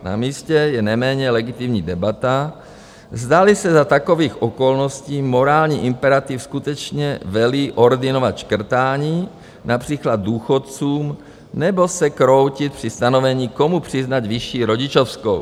Na místě je neméně legitimní debata, zdali za takových okolností morální imperativ skutečně velí ordinovat škrtání například důchodcům nebo se kroutit při stanovení, komu přiznat vyšší rodičovskou.